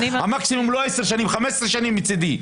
המקסימום לא עשר שנים, 15 שנים מצדי.